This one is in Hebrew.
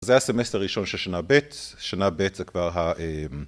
זה הסמסטר הראשון של שנה ב' שנה ב' זה כבר ה...